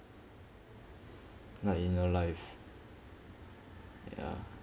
not in your life ya